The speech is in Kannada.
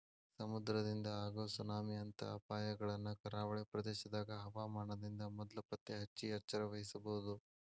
ಸಮುದ್ರದಿಂದ ಆಗೋ ಸುನಾಮಿ ಅಂತ ಅಪಾಯಗಳನ್ನ ಕರಾವಳಿ ಪ್ರದೇಶದ ಹವಾಮಾನದಿಂದ ಮೊದ್ಲ ಪತ್ತೆಹಚ್ಚಿ ಎಚ್ಚರವಹಿಸಬೊದು